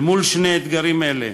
אל מול שני אתגרים אלה